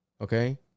Okay